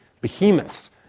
behemoths